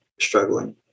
struggling